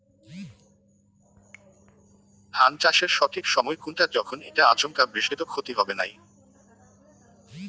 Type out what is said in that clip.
ধান চাষের সঠিক সময় কুনটা যখন এইটা আচমকা বৃষ্টিত ক্ষতি হবে নাই?